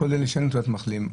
כולל מי שאין תעודת מחלים,